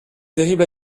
terrible